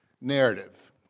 narrative